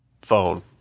Phone